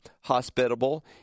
hospitable